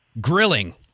Grilling